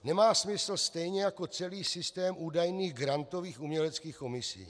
Nemá smysl stejně jako celý systém údajných grantových uměleckých komisí.